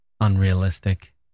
unrealistic